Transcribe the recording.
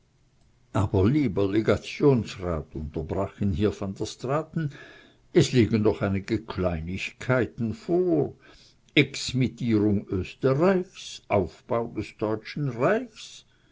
aber lieber legationsrat unterbrach hier van der straaten es liegen doch einige kleinigkeiten vor exmittierung österreichs aufbau des deutschen reiches